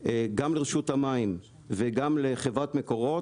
גם לרשות המים וגם לחברת מקורות,